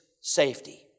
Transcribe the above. safety